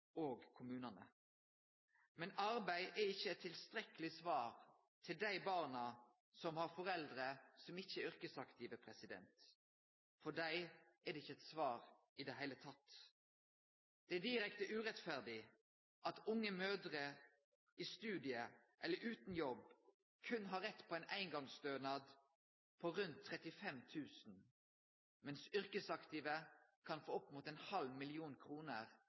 kommunane. Men arbeid er ikkje eit tilstrekkeleg svar til dei barna som har foreldre som ikkje er yrkesaktive. For dei er det ikkje eit svar i det heile tatt. Det er direkte urettferdig at unge mødrer som studerer, eller er utan jobb, berre har rett på ein eingongsstønad på rundt 35 000 kr, mens yrkesaktive kan få opp mot